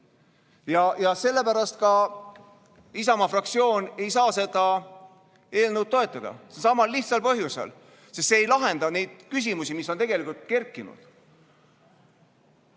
hea. Sellepärast Isamaa fraktsioon ei saa seda eelnõu toetada. Selsamal lihtsal põhjusel: sest see ei lahenda neid küsimusi, mis on tegelikult kerkinud.